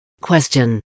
Question